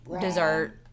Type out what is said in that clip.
dessert